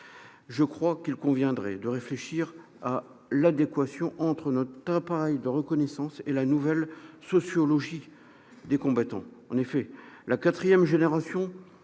je crois qu'il conviendrait de réfléchir à l'adéquation entre notre appareil de reconnaissance et la nouvelle sociologie des combattants. La quatrième génération